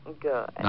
Good